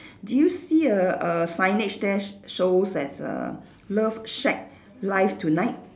do you see a a signage there sh~ shows there's a love shack live tonight